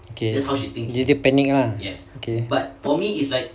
okay dia panic lah okay